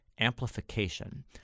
amplification